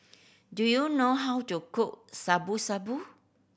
do you know how to cook Shabu Shabu